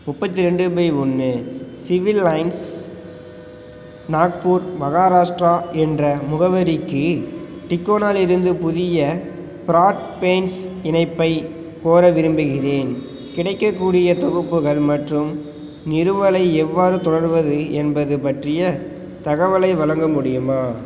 முப்பத்தி ரெண்டு பை ஒன்று சிவில் லைன்ஸ் நாக்பூர் மகாராஷ்ட்ரா என்ற முகவரிக்கு டிக்கோனாலிருந்து புதிய பிராக் பெயின்ஸ் இணைப்பை கோர விரும்புகிறேன் கிடைக்கக்கூடிய தொகுப்புகள் மற்றும் நிறுவலை எவ்வாறு தொடர்வது என்பது பற்றிய தகவலை வழங்க முடியுமா